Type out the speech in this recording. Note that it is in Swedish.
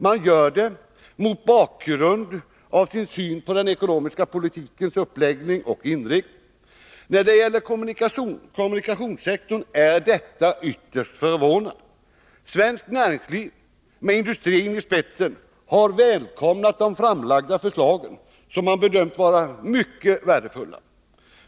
Partiet gör det mot bakgrund av sin syn på den ekonomiska politikens uppläggning och inriktning. När det gäller kommunikationssektorn är detta ytterst förvånande. Svenskt näringsliv, med industrin i spetsen, har ju välkomnat de framlagda förslagen, som man bedömt vara mycket värdefulla.